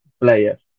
players